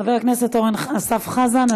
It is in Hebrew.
חבר הכנסת אורן אסף חזן,